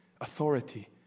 Authority